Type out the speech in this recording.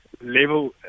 level